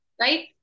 right